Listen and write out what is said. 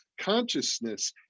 consciousness